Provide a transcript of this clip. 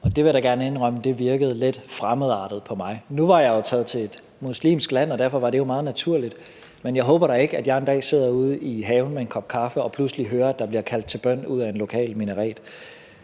Det vil jeg da gerne indrømme virkede lidt fremmedartet på mig. Nu var jeg taget til et muslimsk land, og derfor var det jo meget naturligt, men jeg håber da ikke, at jeg en dag sidder ude i haven med en kop kaffe og pludselig hører, at der bliver kaldt til bøn fra en lokal minaret.